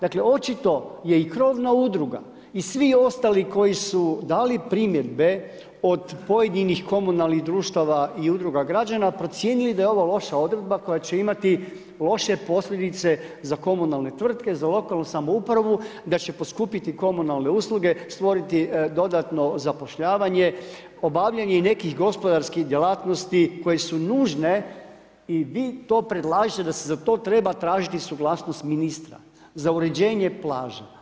Dakle, očito je i krovna udruga i svi ostali koji su dali primjedbe od pojedinih komunalnih društava i udruga građana procijenili da je ovo loša odredba koja će imati loše posljedice za komunalne tvrtke, za lokalnu samoupravu, da će poskupjeti komunalne usluge, stvoriti dodatno zapošljavanje, obavljanje i nekih gospodarskih djelatnosti koje su nužne i vi to predlažete da se za to treba tražiti suglasnost ministra, za uređenje plaža.